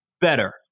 better